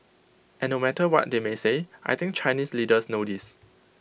and no matter what they may say I think Chinese leaders know this